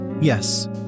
yes